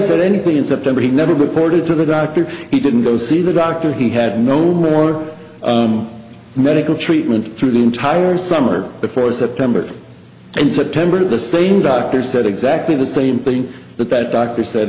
said anything in september he never reported to the doctors he didn't go see the doctor he had no more medical treatment through the entire summer before september and september the same doctor said exactly the same thing that that doctor said